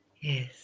Yes